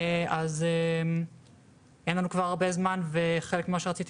אז אין לנו כבר הרבה זמן וחלק ממה שרציתי